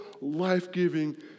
life-giving